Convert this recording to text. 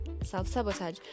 self-sabotage